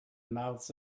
mouths